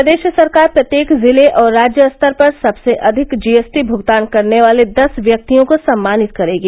प्रदेश सरकार प्रत्येक जिले और राज्य स्तर पर सबसे अधिक जीएसटी भूगतान करने वाले दस व्यक्तियों को सम्मानित करेगी